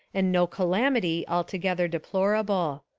and no calam ity altogether deplorable.